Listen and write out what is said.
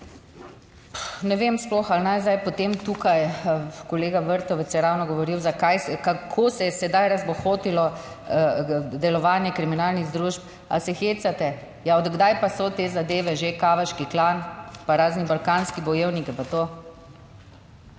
Ne vem sploh ali naj zdaj potem tukaj, kolega Vrtovec je ravno govoril zakaj se, kako se je sedaj razbohotilo delovanje kriminalnih združb. Ali se hecate. Ja, od kdaj pa so te zadeve že Kavaški klan pa razni balkanski bojevnik je pa to